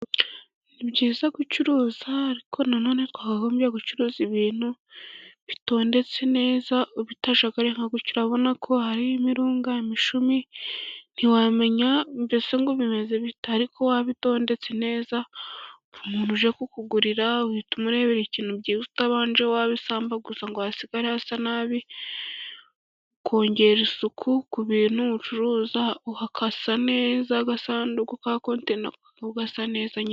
Ni byiza gucuruza ariko nanone twakagombye gucuruza ibintu bitondetse neza bitajagaraye nka gutya, urabona ko hari imirunga, imishumi, ntiwamenya mbese ngo bimeze bite, ariko wabitodetse neza umuntu uje kukugurira uhita umurebera ikintu byihuse utabanje wabisambagura, ngo hadasigara hasa nabi, ukongera isuku ku bintu ucuruza hagasa neza, n'agasanduku ka konteri ugasa neza